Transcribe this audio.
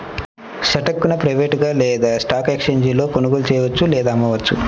స్టాక్ను ప్రైవేట్గా లేదా స్టాక్ ఎక్స్ఛేంజీలలో కొనుగోలు చెయ్యొచ్చు లేదా అమ్మొచ్చు